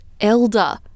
elder